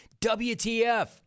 WTF